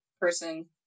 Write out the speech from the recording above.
person